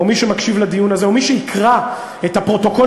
או מי שמקשיב לדיון הזה או מי שיקרא את הפרוטוקול